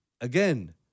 again